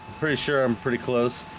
pretty sure i'm pretty close